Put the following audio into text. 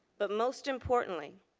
but most importantly,